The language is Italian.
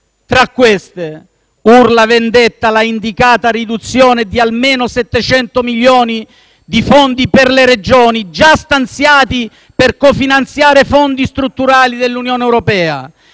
Tra queste, urla vendetta la indicata riduzione di almeno 700 milioni di fondi per le Regioni, già stanziati per cofinanziare fondi strutturali dell'Unione europea,